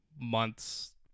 months